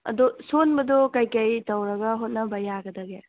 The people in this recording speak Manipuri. ꯑꯗꯣ ꯁꯣꯟꯕꯗꯣ ꯀꯩꯀꯩ ꯇꯧꯔꯒ ꯍꯣꯠꯅꯕ ꯌꯥꯒꯗꯒꯦ